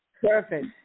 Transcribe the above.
perfect